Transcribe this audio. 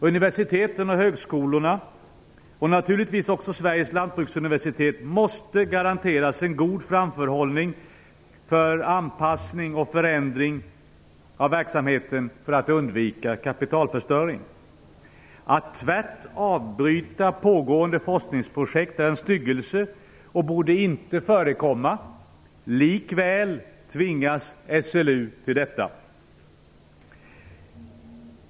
Universiteten och högskolorna, och naturligtvis också Sveriges lantbruksuniversitet, måste garanteras en god framförhållning för anpassning och förändring av verksamheten för att kapitalförstöring skall undvikas. Att tvärt avbryta pågående forskningsprojekt är en styggelse och borde inte förekomma. Likväl tvingas SLU till detta.